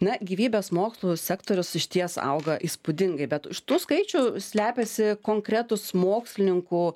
na gyvybės mokslų sektorius išties auga įspūdingai bet už tų skaičių slepiasi konkretūs mokslininkų